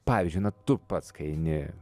pavyzdžiui na tu pats kai eini